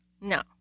no